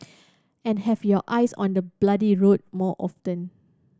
and have your eyes on the bloody road more often